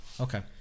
Okay